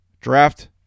draft